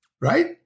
right